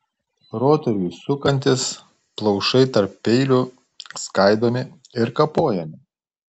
rotoriui sukantis plaušai tarp peilių skaidomi ir kapojami